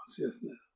Consciousness